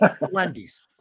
Wendy's